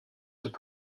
peut